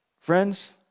Friends